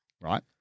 right